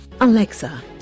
Alexa